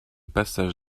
passage